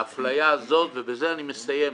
האפליה הזאת ובזה אני מסיים,